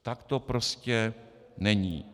Tak to prostě není.